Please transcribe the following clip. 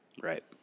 right